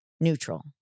neutral